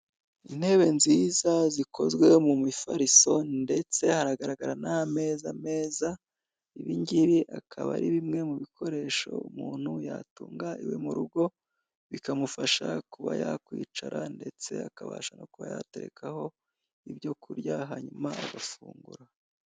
Intebe nziza zikozwe mu mifariso ndetse haragaragara n'ameza meza, ibi ngibi akaba ari bimwe mu bikoresho umuntu yatunga iwe mu rugo, bikamufasha kuba ya kwicara ndetse akabasha no kuba yaterekaho ibyo kurya hanyuma agafungura.